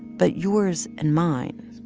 but yours and mine